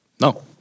No